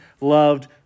loved